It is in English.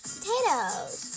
Potatoes